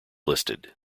listed